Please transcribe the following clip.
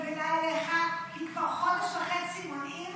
השאילתה הזאת התגלגלה אליך כי כבר חודש וחצי מונעים